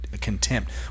contempt